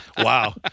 Wow